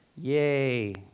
yay